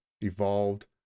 evolved